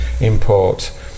import